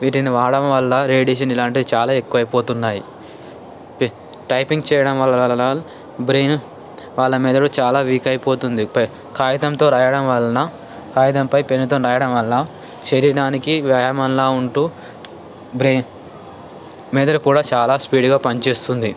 వీటిని వాడడం వల్ల రేడియేషన్ ఇలాంటి చాలా ఎక్కువ అయిపోతున్నాయి టైపింగ్ చేయడం వల్ల బ్రెయిన్ వాళ్ళ మెదడు చాలా వీక్ అయిపోతుంది బట్ కాగితంతో రాయడం వలన కాగితంపై పెన్తో రాయడం వల్ల శరీరానికి వ్యాయామంలా ఉంటూ బ్రెయిన్ మెదడు కూడా చాలా స్పీడ్గా పని చేస్తుంది